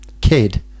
kid